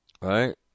right